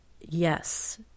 yes